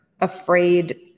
afraid